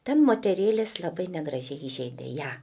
ten moterėlės labai negražiai įžeidė ją